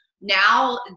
Now